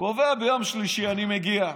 קובע ביום שלישי, אני מגיע.